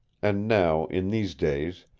and now, in these days,